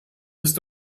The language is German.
ist